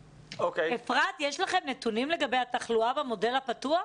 אפרת, יש לכם נתונים לגבי התחלואה במודל הפתוח?